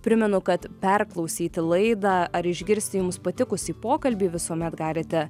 primenu kad perklausyti laidą ar išgirsti jums patikusį pokalbį visuomet galite